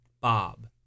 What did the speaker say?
Bob